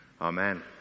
Amen